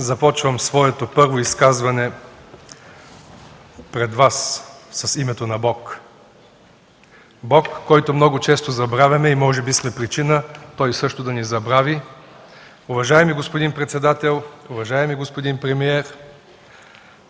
Започвам своето първо изказване пред Вас с името на Бог – Бог, когото много често забравяме и може би сме причина той също да ни забрави. Уважаеми господин председател, уважаеми господин премиер,